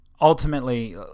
Ultimately